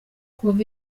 kuva